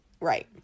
right